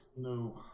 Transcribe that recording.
no